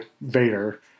Vader